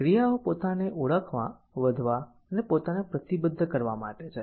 ક્રિયાઓ પોતાને ઓળખવા વધવા પોતાને પ્રતિબદ્ધ કરવા માટે છે